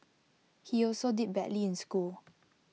he also did badly in school